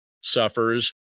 suffers